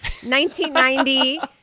1990